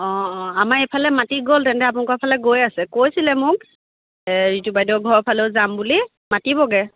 অঁ অঁ আমাৰ এইফালে মাতি গ'ল তেন্তে আপোনালোকৰ ফালে গৈ আছে কৈছিলে মোক ৰিতু বাইদেউৰ ঘৰৰ ফালেও যাম বুলি মাতিবগৈ